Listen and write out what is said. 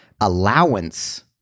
allowance